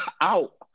out